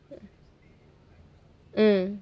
mm